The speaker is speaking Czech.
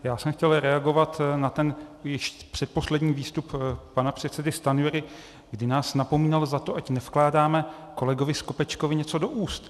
Já jsem chtěl reagovat na ten předposlední výstup pana předsedy Stanjury, kdy nás napomínal za to, ať nevkládáme kolegovi Skopečkovi něco do úst.